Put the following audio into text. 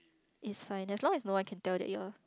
it's fine as long as no one can tell that you are